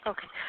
Okay